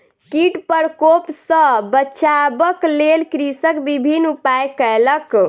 कीट प्रकोप सॅ बचाबक लेल कृषक विभिन्न उपाय कयलक